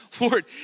Lord